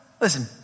Listen